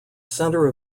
center